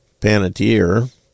Panettiere